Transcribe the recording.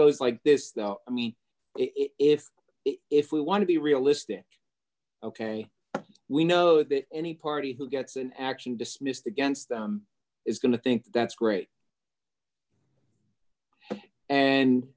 goes like this i mean if if we want to be realistic ok we know that any party who gets an action dismissed against them is going to think that's great and